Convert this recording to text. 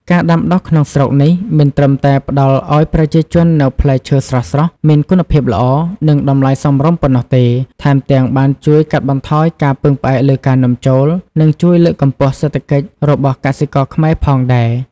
ការដាំដុះក្នុងស្រុកនេះ មិនត្រឹមតែផ្តល់ឲ្យប្រជាជននូវផ្លែឈើស្រស់ៗ មានគុណភាពល្អ និងតម្លៃសមរម្យប៉ុណ្ណោះទេ ថែមទាំងបានជួយកាត់បន្ថយការពឹងផ្អែកលើការនាំចូល និងជួយលើកកម្ពស់សេដ្ឋកិច្ចរបស់កសិករខ្មែរផងដែរ។